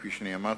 כפי שאמרתי.